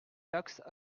taxes